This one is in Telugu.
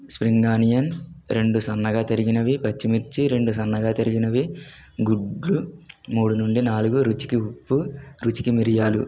స్ప్రింగ్ ఆనియన్ రెండు సన్నగా తరిగినవి పచ్చిమిర్చి రెండు సన్నగా తరిగినవి గుడ్లు మూడు నుండి నాలుగు రుచికి ఉప్పు రుచికి మిరియాలు